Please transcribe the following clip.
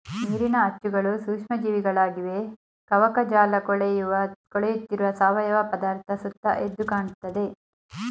ನೀರಿನ ಅಚ್ಚುಗಳು ಸೂಕ್ಷ್ಮ ಜೀವಿಗಳಾಗಿವೆ ಕವಕಜಾಲಕೊಳೆಯುತ್ತಿರುವ ಸಾವಯವ ಪದಾರ್ಥ ಸುತ್ತ ಎದ್ದುಕಾಣ್ತದೆ